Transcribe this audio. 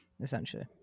Essentially